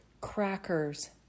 crackers